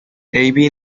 عیبی